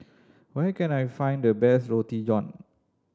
where can I find the best Roti John